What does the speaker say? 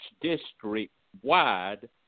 district-wide